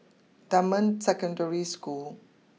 Dunman Secondary School